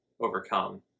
overcome